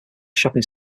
shopping